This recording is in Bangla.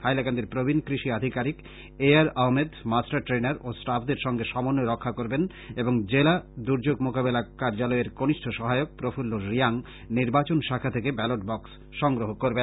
হাইলাকান্দির প্রবীন কৃষি আধিকারীক A R Ahmed master trainer ও স্টাফদের সঙ্গে সমন্বয় রক্ষা করবেন এবং জেলা দূর্যোগ মোকাবিলা কার্যালয়ের কনিষ্ঠ সহায়ক প্রফুল্ল রিয়াং নির্বাচন শাখা থেকে ব্যলট বক্স সংগ্রহ করবেন